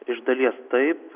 iš dalies taip